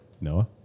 Noah